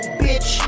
bitch